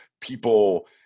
people